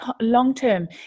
long-term